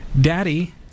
Daddy